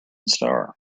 star